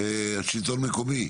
שלטון מקומי?